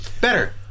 better